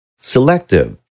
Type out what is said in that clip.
Selective